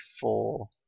four